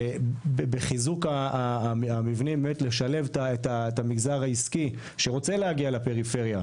בחיזוק המבנים באמת לשלב את המגזר העסקי שרוצה להגיע לפריפריה,